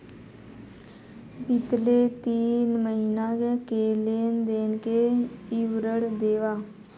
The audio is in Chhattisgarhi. बितले तीन महीना के लेन देन के विवरण देवा?